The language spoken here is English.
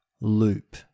loop